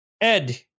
Ed